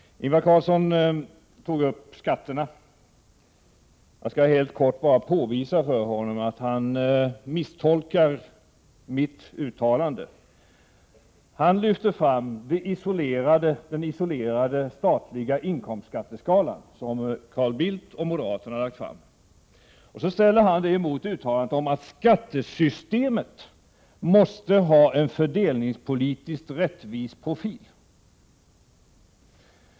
Ingvar Carlsson tog upp skatterna. Jag skall helt kort påvisa för honom att han misstolkar mitt uttalande. Han lyfte fram den isolerade statliga inkomstskatteskala som Carl Bildt och moderaterna har lagt fram. Så ställde han den mot uttalandet om att skattesystemet måste ha en fördelningspolitiskt rättvis profil.